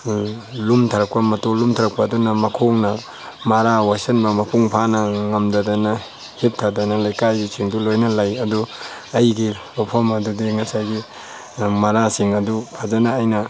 ꯂꯨꯝꯊꯔꯛꯄ ꯃꯇꯨꯡ ꯂꯨꯝꯊꯔꯛꯄ ꯑꯗꯨꯅ ꯃꯈꯣꯡꯅ ꯃꯔꯥ ꯋꯥꯏꯁꯤꯟꯕ ꯃꯄꯨꯡ ꯐꯥꯅ ꯉꯝꯗꯗꯅ ꯍꯤꯞꯊꯗꯅ ꯂꯩꯀꯥꯏꯒꯤꯁꯤꯡꯗꯨ ꯂꯣꯏꯅ ꯂꯩ ꯑꯗꯨ ꯑꯩꯒꯤ ꯂꯧꯐꯝ ꯑꯗꯨꯗꯤ ꯉꯁꯥꯏꯒꯤ ꯃꯔꯥꯁꯤꯡ ꯑꯗꯨ ꯐꯖꯅ ꯑꯩꯅ